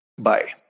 Bye